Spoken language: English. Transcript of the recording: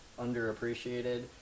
underappreciated